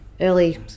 early